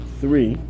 three